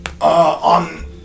On